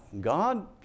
God